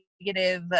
negative